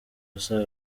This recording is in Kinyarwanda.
asaba